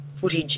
footage